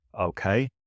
Okay